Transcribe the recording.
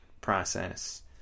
process